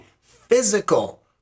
physical